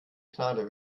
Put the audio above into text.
gnade